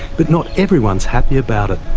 but not everyone's happy about it.